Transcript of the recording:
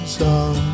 song